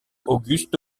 auguste